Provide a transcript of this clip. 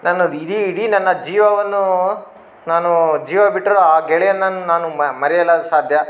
ನನ್ನ ಇಡೀ ಇಡೀ ನನ್ನ ಜೀವವನ್ನು ನಾನು ಜೀವ ಬಿಟ್ಟರೂ ಆ ಗೆಳೆಯನನ್ನ ನಾನು ಮರೆಯಲಸಾಧ್ಯ